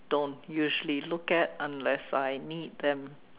don't usually look at unless I need them